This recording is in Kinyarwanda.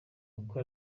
uko